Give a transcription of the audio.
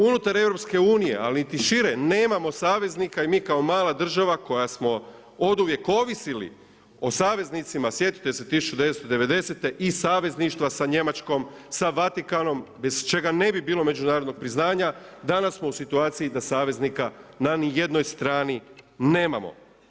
Unutar EU-a ali niti šire nemamo saveznika i mi kao mala država koja smo oduvijek ovisili o saveznicima, sjetiti se 1990. i savezništva sa Njemačkom, sa Vatikanom, bez čega ne bi bilo međunarodnog priznanja, danas smo u situaciji da saveznika na nijednoj strani nemamo.